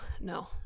No